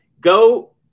go